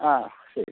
ആ ശരി